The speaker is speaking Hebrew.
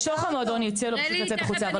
בתוך המועדון היא הציעה לו פשוט לצאת החוצה,